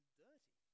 dirty